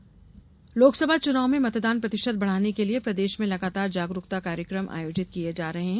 मतदाता जागरूकता लोकसभा चुनाव में मतदान प्रतिशत बढ़ाने के लिये प्रदेश में लगातार जागरूकता कार्यकम आयोजित किये जा रहे हैं